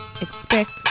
expect